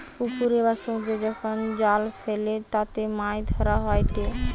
পুকুরে বা সমুদ্রে যখন জাল ফেলে তাতে মাছ ধরা হয়েটে